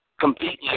completely